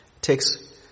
takes